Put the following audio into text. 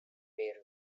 bayreuth